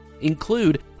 include